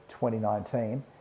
2019